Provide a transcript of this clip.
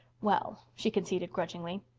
well, she conceded grudgingly,